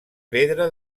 pedra